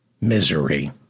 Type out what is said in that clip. misery